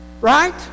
Right